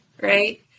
Right